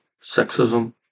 sexism